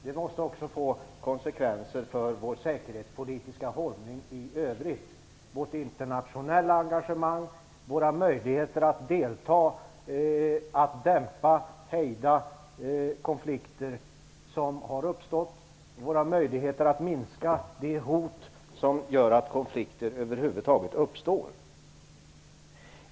Det måste också få konsekvenser för vår säkerhetspolitiska hållning i övrigt: vårt internationella engagemang, våra möjligheter att delta, dämpa och hejda konflikter som har uppstått och våra möjligheter att minska det hot som gör att konflikter över huvud taget uppstår.